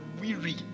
weary